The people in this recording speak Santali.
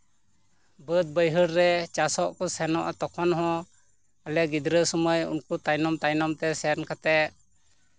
ᱵᱟᱹᱫ ᱵᱟᱹᱭᱦᱟᱹᱲ ᱨᱮ ᱪᱟᱥᱚᱜ ᱠᱚ ᱥᱮᱱᱚᱜᱼᱟ ᱛᱚᱠᱷᱚᱱ ᱦᱚᱸ ᱟᱞᱮ ᱜᱤᱫᱽᱨᱟᱹ ᱥᱚᱢᱚᱭ ᱩᱱᱠᱩ ᱛᱟᱭᱱᱚᱢᱼᱛᱟᱭᱱᱚᱢ ᱛᱮ ᱥᱮᱱ ᱠᱟᱛᱮ